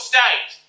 State